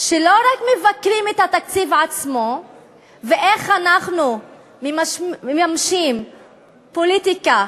שלא רק מבקרים את התקציב עצמו ואיך אנחנו מממשים פוליטיקה,